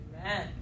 Amen